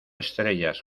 estrellas